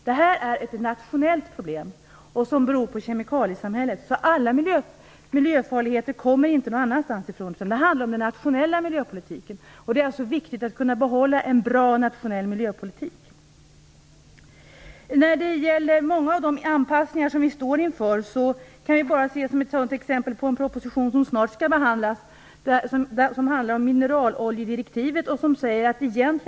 Det är ett nationellt problem som beror på kemikaliesamhället. Alla miljöfarligheter kommer inte någon annanstans ifrån. Det handlar om den nationella miljöpolitiken, och det är viktigt att kunna behålla en bra nationell miljöpolitik. Vi står inför många anpassningar. Ett exempel är en proposition om mineraloljedirektivet som snart skall behandlas.